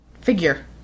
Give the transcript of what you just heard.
figure